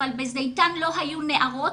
אבל בזיתן לא היו נערות,